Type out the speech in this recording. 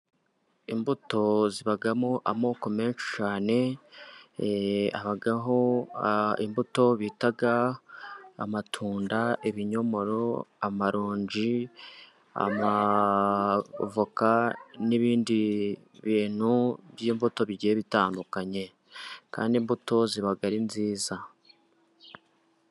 Imbuto zibamo amoko menshi cyane, habaho: imbuto bita amatunda, ibinyomoro, amaronji, amavoka, n'ibindi bintu by'imbuto bigiye bitandukanye, kandi imbuto ziba ari nziza.